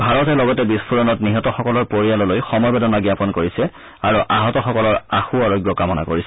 ভাৰতে লগতে বিস্ফোৰণত নিহতসকলৰ পৰিয়াললৈ সমবেদনা জ্ঞাপন কৰিছে আৰু আহতসকলৰ আশু আৰোগ্য কামনা কৰিছে